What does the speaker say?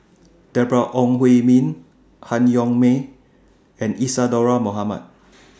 Deborah Ong Hui Min Han Yong May and Isadhora Mohamed